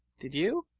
did you?